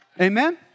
Amen